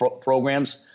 programs